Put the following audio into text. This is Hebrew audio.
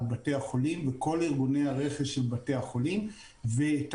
על בתי החולים וכל ארגוני הרכש של בתי החולים ואת